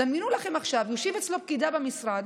דמיינו לכם עכשיו: יושבת אצלו פקידה במשרד,